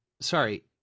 Sorry